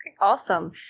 Awesome